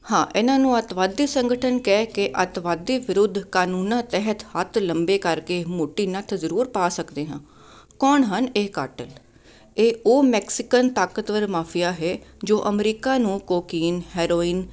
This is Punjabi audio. ਹਾਂ ਇਹਨਾਂ ਨੂੰ ਅੱਤਵਾਦੀ ਸੰਗਠਨ ਕਹਿ ਕੇ ਅੱਤਵਾਦੀ ਵਿਰੁੱਧ ਕਾਨੂੰਨਾਂ ਤਹਿਤ ਹੱਥ ਲੰਬੇ ਕਰਕੇ ਮੋਟੀ ਨੱਥ ਜ਼ਰੂਰ ਪਾ ਸਕਦੇ ਹਾਂ ਕੌਣ ਹਨ ਇਹ ਕਾਟਿਲ ਇਹ ਉਹ ਮੈਕਸੀਕਨ ਤਾਕਤਵਰ ਮਾਫ਼ੀਆ ਹੈ ਜੋ ਅਮਰੀਕਾ ਨੂੰ ਕੋਕੀਨ ਹੈਰੋਇਨ